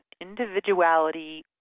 individuality